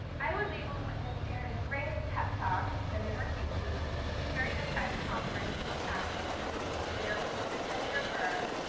i was able to witness sara's greatest pep talk to senator casey during a press conference in the capital where we were with senator burr,